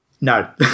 No